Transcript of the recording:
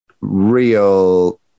real